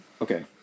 okay